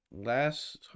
last